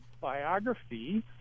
biography